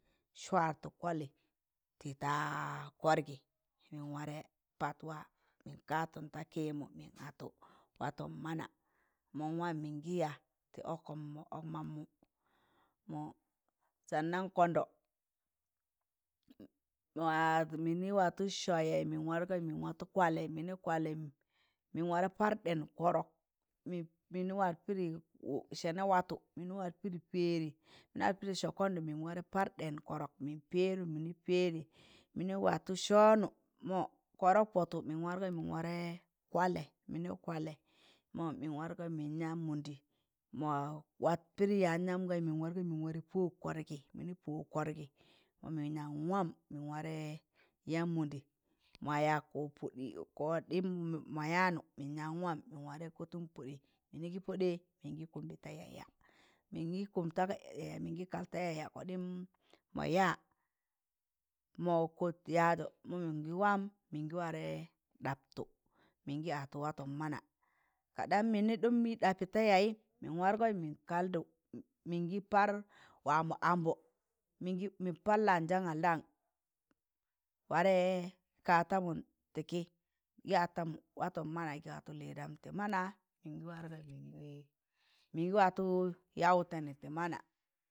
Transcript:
Swatọ kọlị tị ta kọrgị mịn warẹ pat wa mịn kaatụ ta kịmọ mịn atọ watọn mana mọ nwam mịn gị yaa tị ọkọm mọ ọk mammụ mọ sannam kọndọ ma yaịzị mịnị watọ sọọyẹ mịn wargọị mịn wargọị mịn watọ kwallẹ, mịnị kwallẹ mịn warẹ par ɗẹn kọrọk mịn mịn wat pịdị sẹnẹ watọ mịnị wat pịdị pẹẹdị mịnị wat pịdị sọọ kọndọ mịn warẹ par ɗẹn kọrọk mịn pẹẹdụm mịnị pẹẹdẹd mịnị watọ sọọnị mọ kọrọk pọtọ mịn wargọị mịn wargọ kwallẹ mịnị kẹwallẹ mọ mịn wargọị mịn yaan mọndị mọ wat pịdị yaịz nam gayị mịọn wargọị mịn warẹ pọd kọrgị mịnị pọd kọrgị mọ mịn yaan waam mịn warẹ yaan mọndsị ma yaịz kọ pọdị kọɗịm ma yanụ mịn yaan wam mịn yaan kọtụn gị pọdị mịnị gị pọdẹ mịnị gị kụmbẹ ta yaịyaị mịngị tụmta yayị mịngị kal ta yaịyaị kọɗịm mọ yaa mọ kọt yaịzọ mọ mịngị wam mịngị warẹ ɗọptọ mịngị atọ watọn mana ka dam mịnị ị ɗapị ta yaịyịm mịn wargọị mnịn kaldụ mịngị par wamọ ambọ mịngị mịn par lanjangaldan warẹ kak tamụn tị kị gị atamụn watọn mana gị watọ lịdamụ tị mana mịngị watọ ya wụtẹnị tị mana.